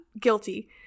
guilty